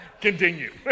continue